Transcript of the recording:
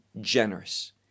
generous